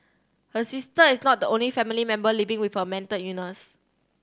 her sister is not the only family member living with a mental illness